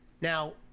Now